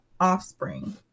offspring